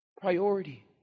priority